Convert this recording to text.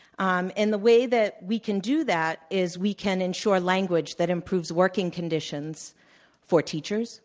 um and the way that we can do that is we can ensure language that improves working conditions for teachers,